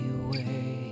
away